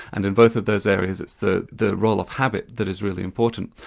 and in both of those areas, it's the the role of habit that is really important.